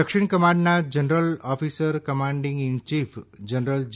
દક્ષિણ કમાન્ડના general officer commanding in chief general જે